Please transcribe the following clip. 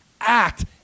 act